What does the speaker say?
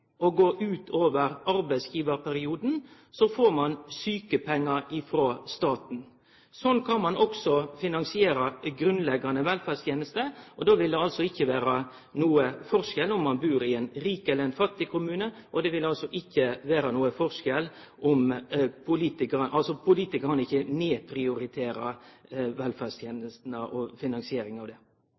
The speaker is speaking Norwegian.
og går utover arbeidsgivarperioden, får ein sjukepengar frå staten. Slik kan ein også finansiere dei grunnleggjande velferdstenestene. Då vil det ikkje vere nokon forskjell på om ein bur i ein rik kommune eller ein fattig kommune, og politikarane kan ikkje nedprioritere velferdstenestene og finansieringa av dei. Men inntil vi får gjennomslag for det,